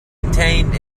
contained